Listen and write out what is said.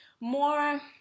more